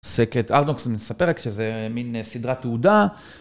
סקט ארדונקס, אני מספר רק שזה מין סדרת תעודה.